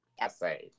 Essay